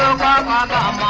um da da